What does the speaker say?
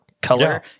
color